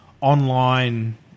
online